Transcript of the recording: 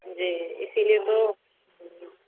جی اسی لیے تو